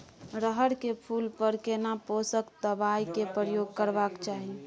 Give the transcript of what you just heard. रहर के फूल पर केना पोषक दबाय के प्रयोग करबाक चाही?